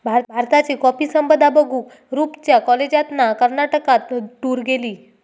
भारताची कॉफी संपदा बघूक रूपच्या कॉलेजातना कर्नाटकात टूर गेली